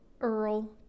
Earl